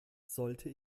sollte